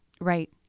right